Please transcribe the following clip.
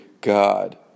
God